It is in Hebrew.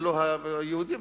ולא היהודים.